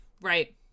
right